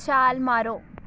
ਛਾਲ ਮਾਰੋ